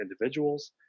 individuals